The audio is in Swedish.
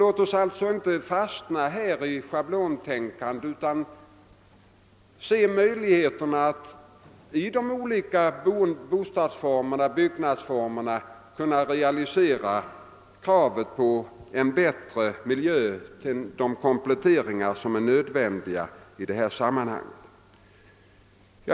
Låt oss alltså inte i detta avseende fastna i något schablontänkande utan se klart på möjligheterna att i de olika bostadsformerna realisera kravet på en bättre miljö med de kompletteringar som är nödvändiga i detta sammanhang.